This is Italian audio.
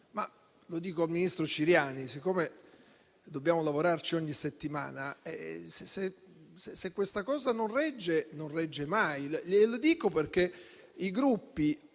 ma dico al ministro Ciriani, con il quale dobbiamo lavorare ogni settimana, se questa cosa non regge, non regge mai.